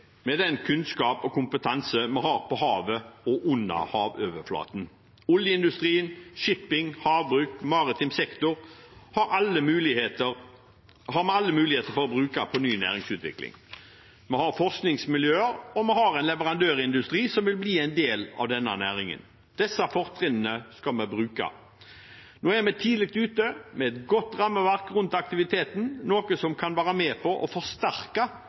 med den kunnskap og kompetanse vi har om havet og det under havoverflaten. Oljeindustrien, shipping, havbruk, maritim sektor – vi har alle muligheter for å bruke dette på ny næringsutvikling. Vi har forskningsmiljøer, og vi har en leverandørindustri som vil bli en del av denne næringen. Disse fortrinnene skal vi bruke. Nå er vi tidlig ute med et godt rammeverk rundt aktiviteten, noe som kan være med på å forsterke